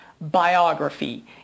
biography